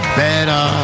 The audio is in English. better